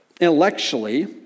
intellectually